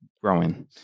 growing